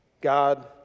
God